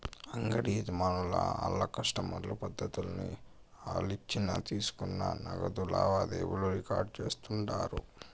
అంగిడి యజమానులు ఆళ్ల కస్టమర్ల పద్దుల్ని ఆలిచ్చిన తీసుకున్న నగదు లావాదేవీలు రికార్డు చేస్తుండారు